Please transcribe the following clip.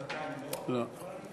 בינתיים לא.